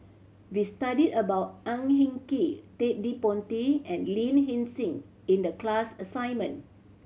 we studied about Ang Hin Kee Ted De Ponti and Lin Hsin Hsin in the class assignment